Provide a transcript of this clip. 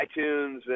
iTunes